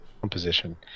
composition